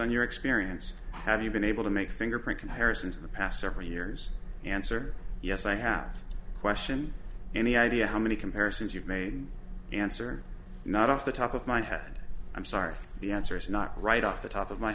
on your experience have you been able to make fingerprint comparisons in the past several years answer yes i have question any idea how many comparisons you've made answer not off the top of my head i'm sorry the answer is not right off the top of my